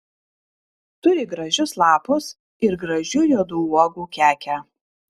turi gražius lapus ir gražių juodų uogų kekę